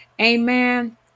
amen